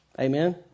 Amen